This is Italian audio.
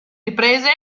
riprese